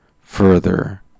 further